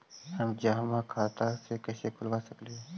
हम जमा खाता कैसे खुलवा सक ही?